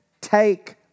take